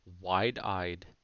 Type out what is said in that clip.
wide-eyed